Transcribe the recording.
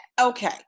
Okay